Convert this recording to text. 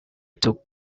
took